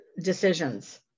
decisions